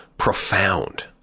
profound